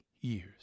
years